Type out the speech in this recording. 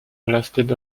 lasted